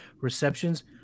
receptions